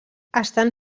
estan